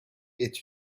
est